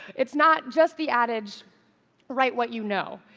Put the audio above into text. it's not just the adage write what you know.